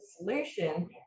solution